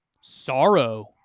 sorrow